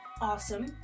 awesome